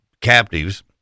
captives